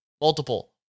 multiple